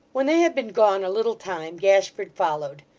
when they had been gone a little time, gashford followed.